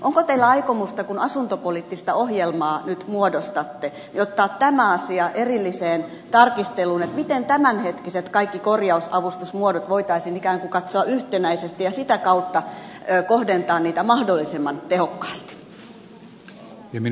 onko teillä aikomusta kun asuntopoliittista ohjelmaa nyt muodostatte ottaa tämä asia erilliseen tarkisteluun miten tämänhetkiset kaikki korjausavustusmuodot voitaisiin ikään kuin katsoa yhtenäisesti ja sitä kautta kohdentaa niitä mahdollisimman tehokkaasti